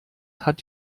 hat